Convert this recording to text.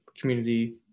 community